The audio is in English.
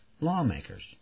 Lawmakers